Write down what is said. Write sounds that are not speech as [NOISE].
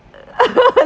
[LAUGHS]